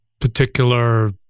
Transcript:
particular